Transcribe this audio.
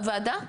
הוועדה?